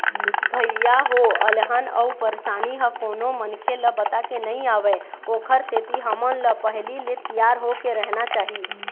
भइया हो अलहन अउ परसानी ह कोनो मनखे ल बताके नइ आवय ओखर सेती हमन ल पहिली ले तियार होके रहना चाही